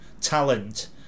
talent